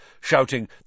shouting